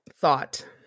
Thought